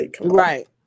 Right